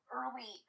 early